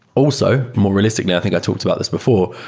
also, more realistically, i think i talked about this before,